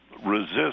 resist